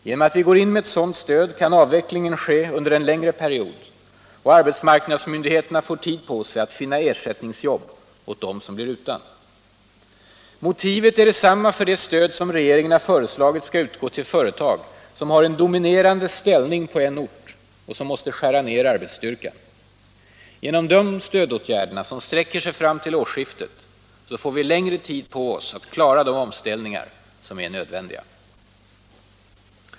Genom att vi går in med ett sådant stöd kan avvecklingen ske under en längre period, och arbetsmarknadsmyndigheterna får tid att finna ersättningsjobb åt dem som blir utan. Motivet är detsamma för det stöd som regeringen har föreslagit skall utgå till företag som har en dominerande ställning på en ort och som måste skära ned arbetsstyrkan. Genom dessa stödåtgärder, som sträcker sig fram till årsskiftet, får vi längre tid på oss att klara de omställningar som är nödvändiga.